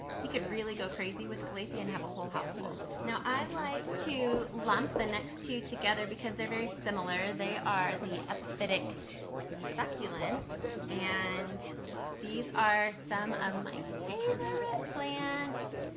you could really go crazy with calathea and have a whole house full. now i like to lump the next two together because they're very similar, they are the epiphytic and succulents and these are some of my favorite plants.